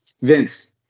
Vince